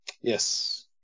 Yes